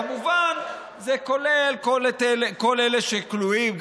כמובן זה כולל את כל אלה שכלואים,